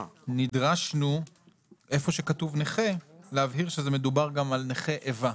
נדרשנו איפה שכתוב נכה להבהיר שמדובר גם על נכי איבה.